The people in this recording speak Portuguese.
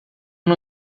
não